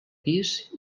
pis